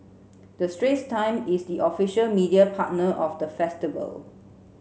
the Straits Times is the official media partner of the festival